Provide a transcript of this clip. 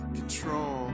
control